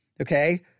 okay